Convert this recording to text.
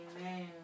Amen